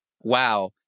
wow